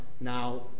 now